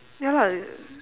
ya lah